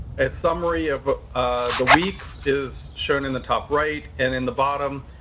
a summary of the weeks is shown in the top right. and in the bottom,